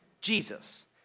Jesus